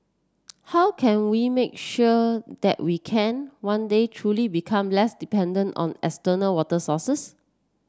how can we make sure that we can one day truly become less dependent on external water sources